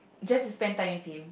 just spend time with him